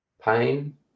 pain